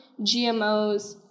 GMOs